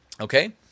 Okay